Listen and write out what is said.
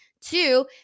Two